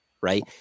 right